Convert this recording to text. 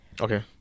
okay